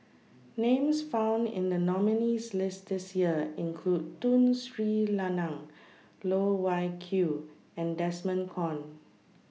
Names found in The nominees' list This Year include Tun Sri Lanang Loh Wai Kiew and Desmond Kon